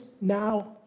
now